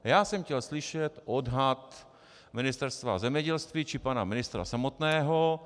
A já jsem chtěl slyšet odhad Ministerstva zemědělství či pana ministra samotného.